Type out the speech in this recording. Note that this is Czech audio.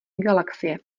galaxie